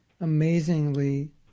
amazingly